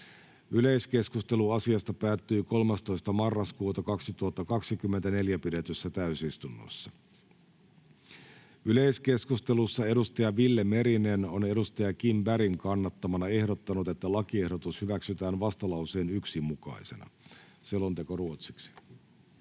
Yleiskeskustelu asiasta päättyi 13.11.2024 pidetyssä täysistunnossa. Yleiskeskustelussa edustaja Ville Merinen on edustaja Kim Bergin kannattamana ehdottanut, että lakiehdotus hyväksytään vastalauseen 1 mukaisena. — Selonteko ruotsiksi.